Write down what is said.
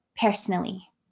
personally